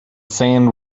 sand